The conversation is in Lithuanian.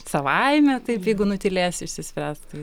savaime taip jeigu nutylės išsispręs tai